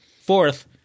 Fourth